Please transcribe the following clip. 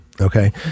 Okay